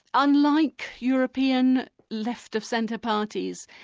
unlike european left-of-centre parties,